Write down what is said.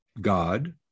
God